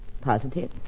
Positive